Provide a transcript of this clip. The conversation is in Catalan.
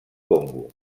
congo